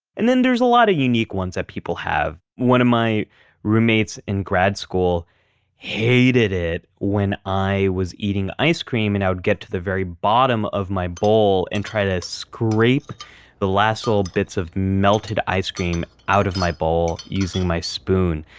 and there's a lot of unique ones that people have. one of my roommates in grad school hated it when i was eating ice cream and i would get to the very bottom of my bowl and try to scrape the last little bits of melted ice cream out of my bowl using my spoon.